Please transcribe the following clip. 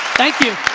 thank you